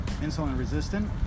insulin-resistant